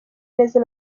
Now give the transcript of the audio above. neza